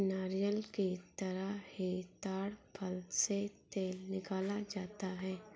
नारियल की तरह ही ताङ फल से तेल निकाला जाता है